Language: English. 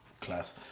Class